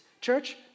Church